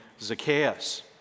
Zacchaeus